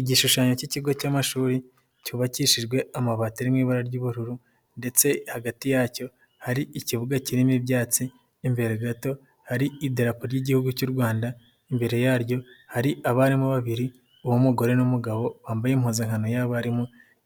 Igishushanyo cy'ikigo cy'amashuri cyubakishijwe amabati ari mu ibara ry'ubururu ndetse hagati yacyo hari ikibuga kirimo ibyabyatsi, imbere gato hari idarapo ry'igihugu cy'u Rwanda. Imbere yaryo hari abarimu babiri uw'umugore n'umugabo bambaye impuzankano y'abarimu